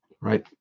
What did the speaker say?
Right